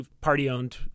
party-owned